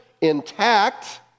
intact